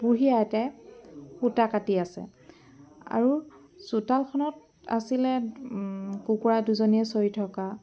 বুঢ়ী আইতাই সূতা কাটি আছে আৰু চোতালখনত আছিলে কুকুৰা দুজনীয়ে চৰি থকা